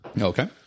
Okay